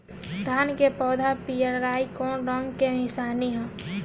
धान के पौधा पियराईल कौन रोग के निशानि ह?